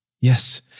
Yes